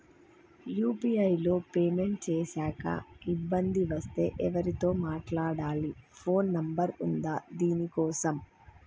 UPI లో payment చేశాక ఇబ్బంది వస్తే ఎవరితో మాట్లాడాలి? ఫోన్ నంబర్ ఉందా దీనికోసం?